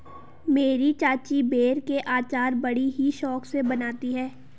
मेरी चाची बेर के अचार बड़ी ही शौक से बनाती है